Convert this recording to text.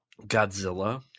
Godzilla